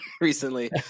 recently